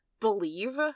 believe